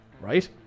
Right